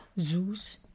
Zeus